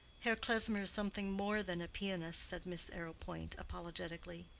herr klesmer is something more than a pianist, said miss arrowpoint, apologetically.